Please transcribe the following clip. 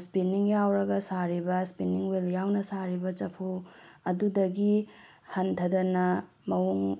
spinning ꯌꯥꯎꯔꯒ ꯁꯥꯔꯤꯕ spinning wheel ꯌꯥꯎꯅ ꯁꯥꯔꯤꯕ ꯆꯐꯨ ꯑꯗꯨꯗꯒꯤ ꯍꯟꯊꯗꯅ ꯃꯑꯣꯡ